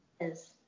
Yes